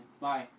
Bye